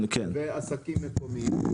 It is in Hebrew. ועסקים מקומיים?